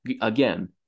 again